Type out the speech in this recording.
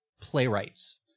playwrights